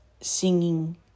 singing